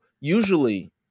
usually